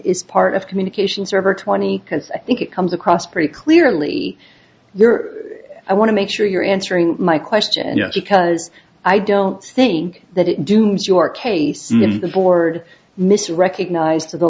is part of communication server twenty because i think it comes across pretty clearly there i want to make sure you're answering my question because i don't think that it dooms your case the board mis recognized to the